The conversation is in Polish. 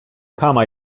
kama